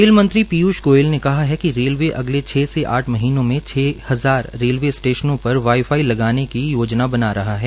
rail मंत्री पीयूष गोयल ने कहा है कि रेलवे अगले छसे आठ महीनों में छ हजार रेलवे स्टेशनों पर वाईफाई लगाने की योजना बना रहा है